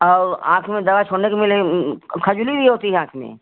और आँख में दवा छोड़ने के मिले खुजली भी होती है आँख में